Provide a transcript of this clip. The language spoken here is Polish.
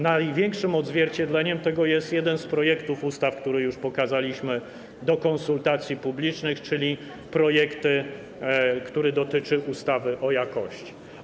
Najlepszym odzwierciedleniem tego jest jeden z projektów ustaw, które już przedstawiliśmy do konsultacji publicznych, czyli projekt, który dotyczy ustawy o jakości.